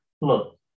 Look